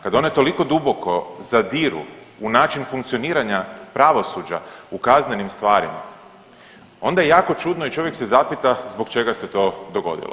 Kad one toliko duboko zadiru u način funkcioniranja pravosuđa u kaznenim stvarima onda je jako čudno i čovjek se zapita zbog čega se to dogodilo.